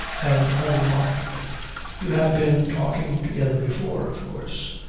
and i remarked you have been talking together before, of course.